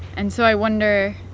and so i wonder,